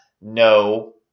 No